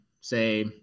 say